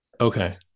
Okay